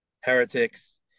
heretics